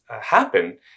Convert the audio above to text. happen